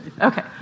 Okay